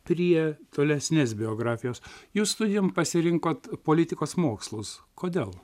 prie tolesnės biografijos jūs studijom pasirinkot politikos mokslus kodėl